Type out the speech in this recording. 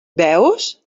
veus